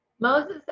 Moses